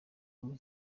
muri